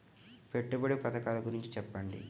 పెట్టుబడి పథకాల గురించి చెప్పండి?